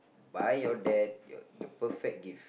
buy your dad your the perfect gift